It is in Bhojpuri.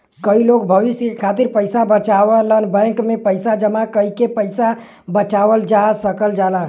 कई लोग भविष्य के खातिर पइसा बचावलन बैंक में पैसा जमा कइके पैसा बचावल जा सकल जाला